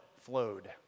flowed